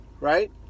right